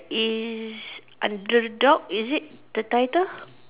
is underdog is it the title